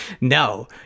No